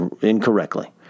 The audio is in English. incorrectly